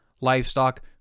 livestock